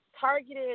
targeted